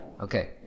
Okay